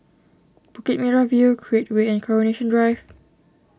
Bukit Merah View Create Way and Coronation Drive